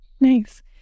Nice